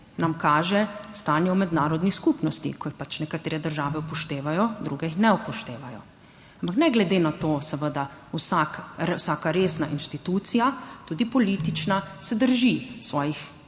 Nam kaže stanje v mednarodni skupnosti, ki jih pač nekatere države upoštevajo, druge jih ne upoštevajo. Ampak ne glede na to, seveda, vsaka resna inštitucija, tudi politična, se drži svojih